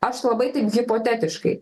aš labai taip hipotetiškai